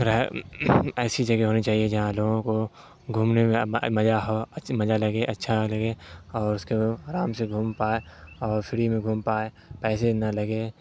رہ ایسی جگہ ہونی چاہیے جہاں لوگوں کو گھومنے میں مزہ ہو مزہ لگے اچھا لگے اور اس کو آرام سے گھوم پائے اور فری میں گھوم پائے پیسے نہ لگیں